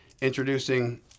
introducing